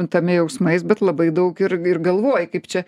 tame jausmais bet labai daug ir ir galvoji kaip čia